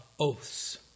oaths